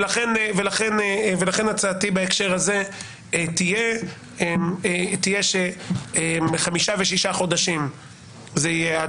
לכן הצעתי בהקשר הזה תהיה שחמישה ושישה חודשים זה יהיה עד